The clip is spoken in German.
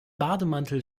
bademantel